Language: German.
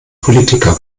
politiker